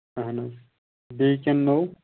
اَہن حظ بیٚیہِ کیٚنٛہہ نوٚو